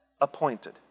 appointed